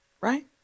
Right